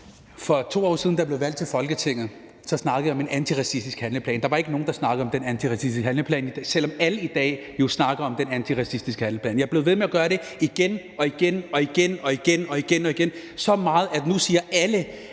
For 2 år siden, da jeg blev valgt til Folketinget, snakkede jeg om en antiracistisk handleplan. Der var ikke nogen, der snakkede om den antiracistiske handleplan, selv om alle i dag jo snakker om den antiracistiske handleplan. Jeg er blevet ved med at gøre det igen og igen, så meget, at nu siger alle,